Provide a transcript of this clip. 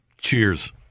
Cheers